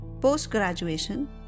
post-graduation